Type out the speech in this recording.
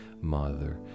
Mother